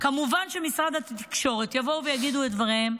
כמובן שמשרד התקשורת יבואו ויגידו את דבריהם,